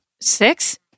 Six